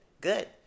good